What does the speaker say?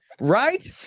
right